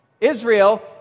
Israel